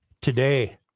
today